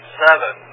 seven